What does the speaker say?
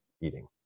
eating